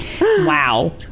Wow